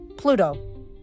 Pluto